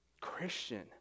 Christian